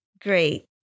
Great